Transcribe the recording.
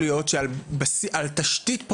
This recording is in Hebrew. צניחה,